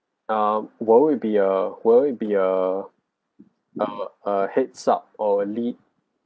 ah would it be a will be a a a heads up or lead